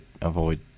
avoid